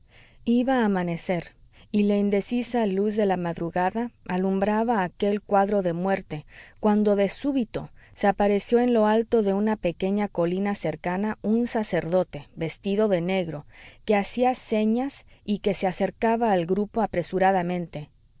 iba a amanecer y la indecisa luz de la madrugada alumbraba aquel cuadro de muerte cuando de súbito se apareció en lo alto de una pequeña colina cercana un sacerdote vestido de negro que hacía señas y que se acercaba al grupo apresuradamente